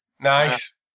Nice